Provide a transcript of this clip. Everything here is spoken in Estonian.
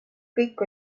kõik